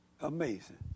Amazing